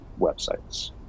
websites